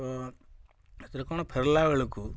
ତ ସେଥିରେ କ'ଣ ଫେରିଲା ବେଳକୁ